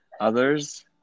others